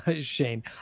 Shane